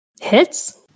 Hits